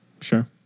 Sure